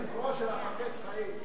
בספרו של "החפץ חיים",